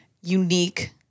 unique